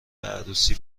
عروسی